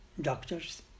doctors